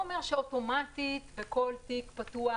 זה לא אומר שאוטומטית בכל תיק פתוח